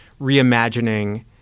reimagining